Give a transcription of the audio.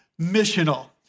missional